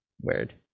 Weird